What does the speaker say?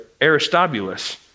Aristobulus